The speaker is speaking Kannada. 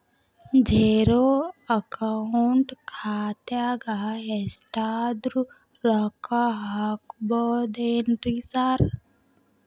ಝೇರೋ ಅಕೌಂಟ್ ಖಾತ್ಯಾಗ ಎಷ್ಟಾದ್ರೂ ರೊಕ್ಕ ಹಾಕ್ಬೋದೇನ್ರಿ ಸಾರ್?